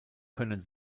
können